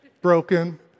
broken